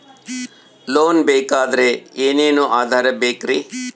Loan ಬೇಕಾದ್ರೆ ಏನೇನು ಆಧಾರ ಬೇಕರಿ?